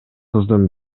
кыздын